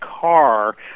car